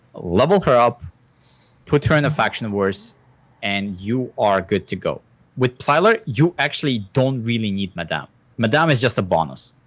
level her up put her in the faction and wars and you are good to go with psylar, you actually don't really need madame madame is just a bonus.